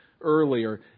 earlier